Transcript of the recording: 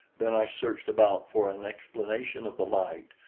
then i searched about for an explanation of the light,